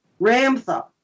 Ramtha